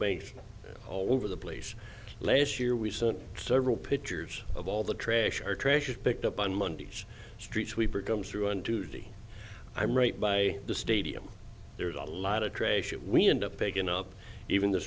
base all over the place last year we sent several pictures of all the trash our trash picked up on mondays street sweeper comes through on tuesday i'm right by the stadium there's a lot of trash it we end up picking up even the